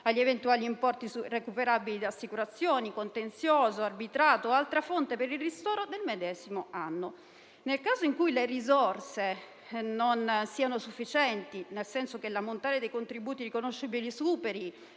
agli eventuali importi recuperabili da assicurazioni, contenzioso, arbitrato o altra fonte per il ristoro del medesimo anno. Nel caso in cui le risorse non siano sufficienti, nel senso che l'ammontare dei contributi riconoscibili superi